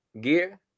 gear